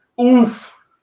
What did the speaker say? Oof